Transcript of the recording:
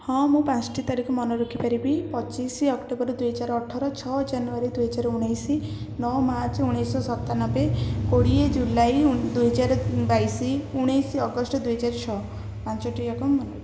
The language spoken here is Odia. ହଁ ମୁଁ ପାଞ୍ଚଟି ତାରିଖ ମନେ ରଖିପାରିବି ପଚିଶ ଅକ୍ଟୋବର ଦୁଇହଜାର ଅଠର ଛଅ ଜାନୁଆରୀ ଦୁଇହଜାର ଉଣେଇଶ ନଅ ମାର୍ଚ୍ଚ ଉଣେଇଶ ଶହ ସତାନବେ କୋଡ଼ିଏ ଜୁଲାଇ ଦୁଇହଜାର ବାଇଶ ଉଣେଇଶ ଅଗଷ୍ଟ ଦୁଇହଜାର ଛଅ ପାଞ୍ଚଟି ଯାକ ମନେ